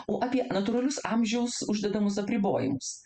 o apie natūralius amžiaus uždedamus apribojimus